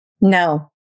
No